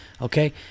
okay